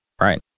Right